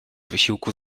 wysiłku